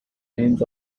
names